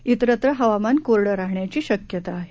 तिरत्र हवामान कोरडं राहण्याची शक्यता आहे